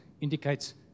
indicates